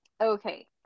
Okay